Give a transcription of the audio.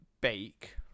bake